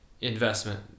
investment